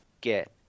get